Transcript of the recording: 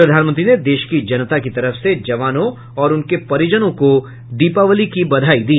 प्रधानमंत्री ने देश की जनता की तरफ से जवानों और उनके परिजनों को दीपावली की बधाई दी